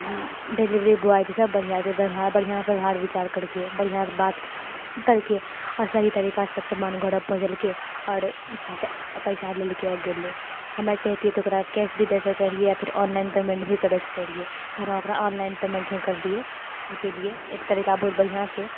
delivery boy जे छै सभ बढ़िआँ छै व्यवहार बढ़िआँ व्यवहार विचार करिके बढ़िआँसँ बात करिके आओर सही तरीकासँ सभ सामान घरमे पहुँचेलकय आओर पैसा पैसा लेलकय आओर गेलय हमे चाहितियै तऽ ओकरा कैश भी दय सकैत रहिए या फिर ऑनलाइन भी करि सकैत रहिए तऽ हम ओकरा ऑनलाइन पेमेण्ट हि करलियै इसीलिए ई तरीका बहुत बढ़िआँ छै